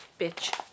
bitch